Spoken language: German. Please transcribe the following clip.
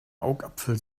augapfel